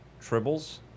Tribbles